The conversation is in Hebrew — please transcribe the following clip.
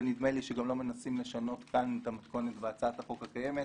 ונדמה לי שגם לא מנסים לשנות כאן את המתכונת בהצעת החוק הקיימת,